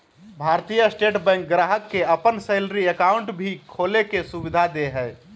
भारतीय state bank ग्राहक के अपन सैलरी अकाउंट भी खोले के सुविधा दे हइ